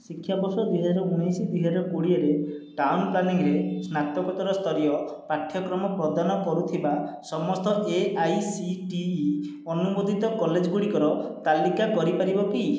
ଶିକ୍ଷାବର୍ଷ ଦୁଇ ହଜାର ଉଣେଇଶ ଦୁଇ ହଜାର କୋଡ଼ିଏରେ ଟାଉନ୍ ପ୍ଲାନିଂରେ ସ୍ନାତକୋତ୍ତର ସ୍ତରୀୟ ପାଠ୍ୟକ୍ରମ ପ୍ରଦାନ କରୁଥିବା ସମସ୍ତ ଏଆଇସିଟିଇ ଅନୁମୋଦିତ କଲେଜଗୁଡ଼ିକର ତାଲିକା କରିପାରିବ କି